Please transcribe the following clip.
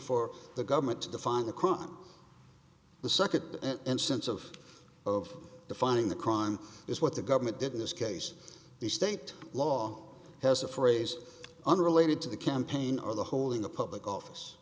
for the government to define the crime the second instance of over defining the crime is what the government did in this case the state law has a phrase unrelated to the campaign or the holding the public office